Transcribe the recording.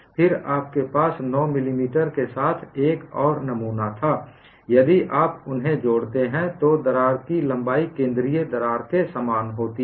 फिर आपके पास 9 मिलीमीटर के साथ एक और नमूना था यदि आप उन्हें जोड़ते हैं तो दरार की लंबाई केंद्रीय दरार के समान होती है